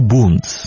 Boons